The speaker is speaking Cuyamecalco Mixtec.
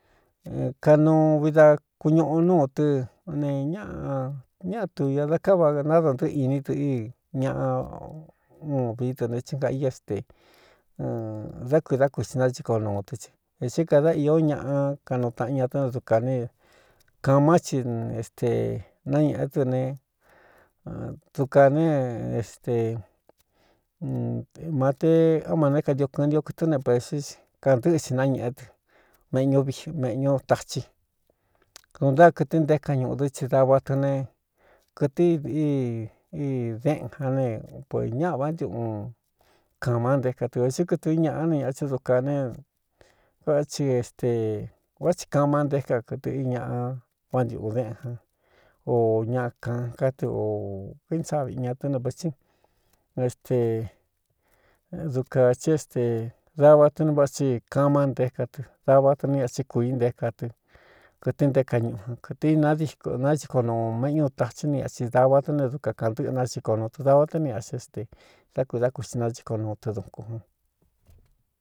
Kaꞌnuu vi da kuñuꞌu núu tɨ́ ne ñaꞌa ñáꞌatu ña da káva nádantɨꞌɨ iní dɨ í ñaꞌa uun vií dɨne chɨn ga i éste dá kui dá kuixi naciko nuu tɨ tɨ ē séé kādá īó ñaꞌa kaꞌnuu taꞌan ña tɨ́ né dukā ne kāmá chi éste nañēꞌe dɨ ne dukā ne stema te ó ma né kantio kɨɨntio kɨtɨ́ne poesé kantɨ́ꞌɨ xin nañēꞌé tɨ méꞌñuviꞌ méꞌñu tachí dun ntáa kɨtɨ nté kan ñuꞌu dɨ́ tsi dava tɨ ne kɨtɨ iꞌɨ i deꞌnja ne kuēīñaꞌa vántiꞌꞌun kāmá ntéka tɨ ō sɨkɨtɨi ñāꞌa ne ñaꞌ cɨ́ dukā ne váꞌá chi este vá ti kama nté ka kɨtɨ ɨ ñaꞌa vántiꞌū déꞌnjan o ñaꞌ kanká tɨ o knsaꞌ viꞌi ña tɨ́ ne vɨtsín este dukā cí éste dava tɨ ne váꞌa tsi kamá ntéka tɨ dava tɨ né achí kui nté ka tɨ kɨtɨ n nté ka ñuꞌu jan kɨtɨ inadinachiko nuu méꞌñú tachí ni axi dava tɨn ne duka kāꞌantɨ́ꞌɨ naxhiko nuu tɨ dava tɨ́ ni a xí éste dá kui dá kuxi nachiko nuu tɨ dun kun jun.